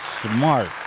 Smart